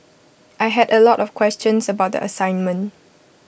I had A lot of questions about the assignment